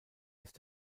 ist